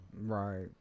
Right